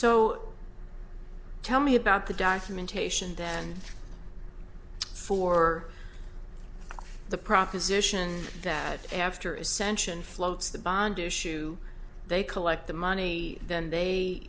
so tell me about the documentation then for the proposition that after ascension floats the bond issue they collect the money then they